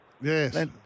Yes